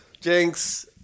Jinx